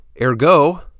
ergo